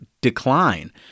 decline